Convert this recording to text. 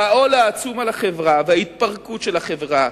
והעול העצום על החברה, וההתפרקות של החברה,